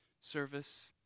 Service